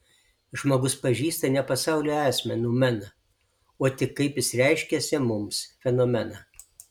žmogus pažįsta ne pasaulio esmę noumeną o tik kaip jis reiškiasi mums fenomeną